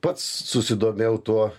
pats susidomėjau tuo